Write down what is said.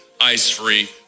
ice-free